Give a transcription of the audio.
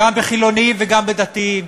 גם בחילונים וגם בדתיים,